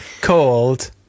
Called